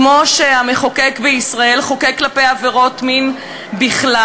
כמו שהמחוקק בישראל חוקק כלפי עבירות מין בכלל.